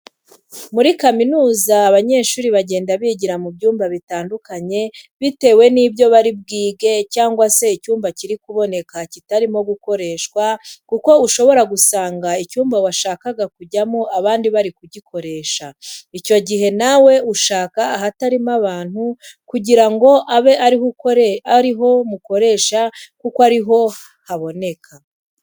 Muri kaminuza abanyeshuri bagenda bigira mu byumba bitandukanye bitewe nibyo bari bwige cyangwa se icyumba kiri kuboneka kitarimo gukoreshwa kuko ushobora gusanga icyumba washakaga kujyamo abandi bari kugikoresha, icyo gihe nawe ushaka ahatarimo abantu kugira ngo abe ariho mukoresha kuko ariho haboneka.